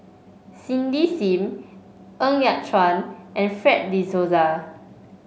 Cindy Sim Ng Yat Chuan and Fred De Souza